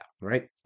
right